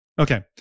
okay